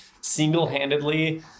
single-handedly